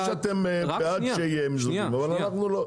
אני מבין שאתם בעד שיהיה מיזוגים אבל אנחנו לא.